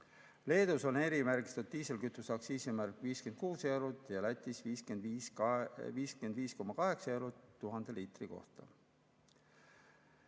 Leedus on erimärgistatud diislikütuse aktsiisimäär 56 eurot ja Lätis 55,8 eurot 1000 liitri kohta.